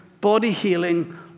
body-healing